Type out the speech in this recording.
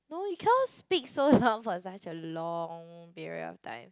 no you cannot speak so loud for such a long period of time